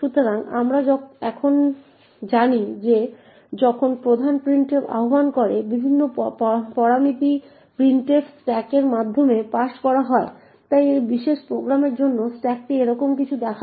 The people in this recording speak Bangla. সুতরাং আমরা এখন জানি যে যখন প্রধান printf আহ্বান করে বিভিন্ন পরামিতি printf স্ট্যাকের মাধ্যমে পাস করা হয় তাই এই বিশেষ প্রোগ্রামের জন্য স্ট্যাকটি এইরকম কিছু দেখাবে